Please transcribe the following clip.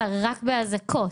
אלא רק באזעקות.